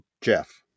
JEFF